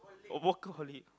oh workaholic